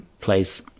place